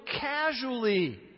casually